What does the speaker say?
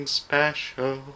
special